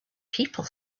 people